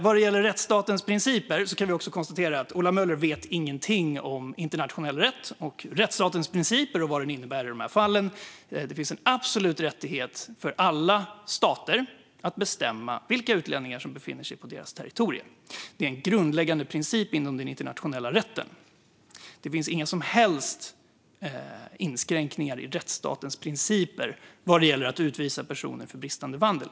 Vad gäller rättsstatens principer kan vi konstatera att Ola Möller inte vet någonting om internationell rätt eller om rättsstatens principer och vad de innebär i dessa fall. Det finns en absolut rättighet för alla stater att bestämma vilka utlänningar som får befinna sig på deras territorier. Det är en grundläggande princip inom den internationella rätten. Det innebär inga som helst inskränkningar i rättsstatens principer att utvisa personer för bristande vandel.